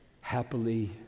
happily